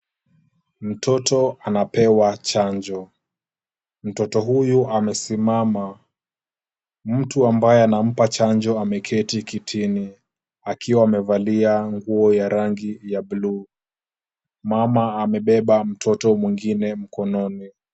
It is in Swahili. Mtoto anapewa chanjo. Mtoto huyu amesimama mtu ambaye anampa chanjo ameketi kitini akiwa amevalia nguo ya rangi ya bluu. Mama amebeba mtoto mwingine mkononi.